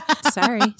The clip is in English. Sorry